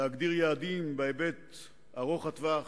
להגדיר יעדים בהיבט ארוך טווח,